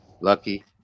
Lucky